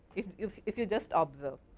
if if you just observe,